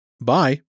Bye